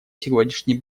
сегодняшний